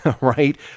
right